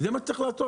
זה מה שצריך לעשות.